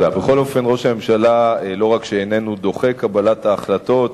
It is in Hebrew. ראש הממשלה לא רק שאיננו דוחה את קבלת ההחלטות,